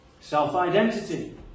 Self-identity